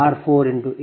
010